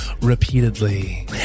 repeatedly